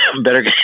better